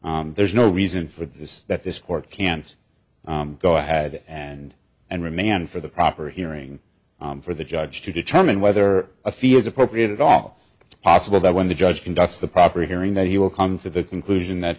manner there's no reason for this that this court can't go ahead and and remand for the proper hearing for the judge to determine whether a fee is appropriate at all possible that when the judge conducts the proper hearing that he will come to the conclusion that